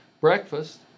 breakfast